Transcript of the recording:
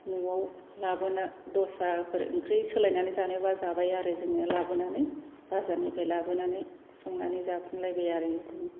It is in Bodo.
न'आव लाबोनो दस्राफोर ओंख्रि सोलायनानै जानोबा जाबाय आरो जोंङो लाबोनानै बाजारनिफ्राइ लाबोनानै संनानै जाफिनलायबाय आरो बिदिनो